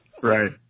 Right